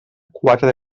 quatre